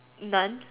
none